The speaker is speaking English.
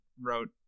wrote